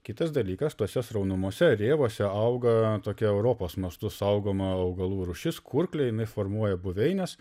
kitas dalykas tose sraunumose rėvose auga tokia europos mastu saugoma augalų rūšis kurkliai jinai formuoja buveines